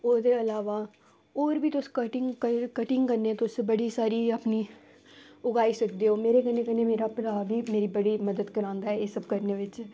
ओह्दे अलावा होर बी तुस कटिंग कटिंग कन्नै तुस बड़ी सारी अपनी उगाई सकदे ओ मेरे कन्नै कन्नै मेरा भ्राऽ बी मेरी बड़ी मदद करांदा ऐ एह् सब करने बिच्च